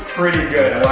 pretty good,